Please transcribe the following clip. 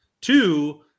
Two